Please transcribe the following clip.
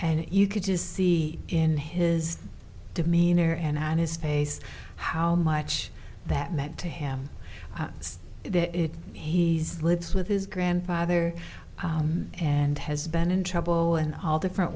and you could just see in his demeanor and on his face how much that meant to him is that he's lives with his grandfather and has been in trouble in all different